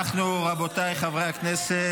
רבותיי חברי הכנסת,